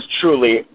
truly